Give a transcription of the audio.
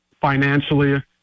financially